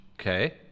Okay